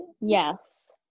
yes